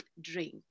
drink